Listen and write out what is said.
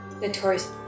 notorious